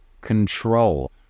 control